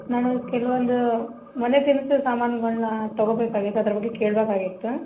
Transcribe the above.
ನಾನು ಕೆಲ್ವೊಂದು ಮನೆ ದಿನಸಿ ಸಾಮಾನ್ಗಳ್ನ ತಗೋಬೇಕಾಗಿತ್ತು ಅದ್ರ ಬಗ್ಗೆ ಕೇಳ್ಬೇಕಾಗಿತ್ತು